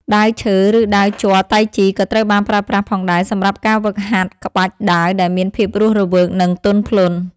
ដាវឈើ ឬដាវជ័រតៃជី ក៏ត្រូវបានប្រើប្រាស់ផងដែរសម្រាប់ការហ្វឹកហាត់ក្បាច់ដាវដែលមានភាពរស់រវើក និងទន់ភ្លន់។